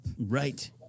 Right